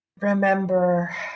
remember